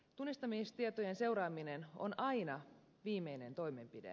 tunnistamistietojen seuraaminen on aina viimeinen toimenpide